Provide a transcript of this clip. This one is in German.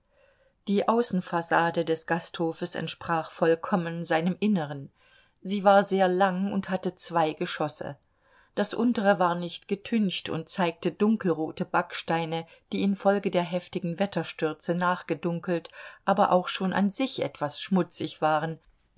die außenfassade des gasthofes entsprach vollkommen seinem inneren sie war sehr lang und hatte zwei geschosse das untere war nicht getüncht und zeigte dunkelrote backsteine die infolge der heftigen wetterstürze nachgedunkelt aber auch schon an sich etwas schmutzig waren